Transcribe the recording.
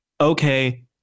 okay